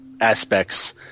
aspects